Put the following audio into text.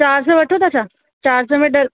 चारि सौ वठो था छा चारि सौ में डन